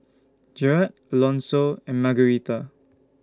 Jered Alonso and Margarita